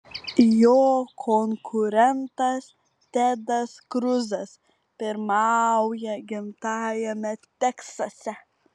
jo konkurentas tedas kruzas pirmauja gimtajame teksase